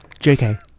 JK